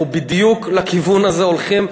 אנחנו בדיוק לכיוון הזה הולכים.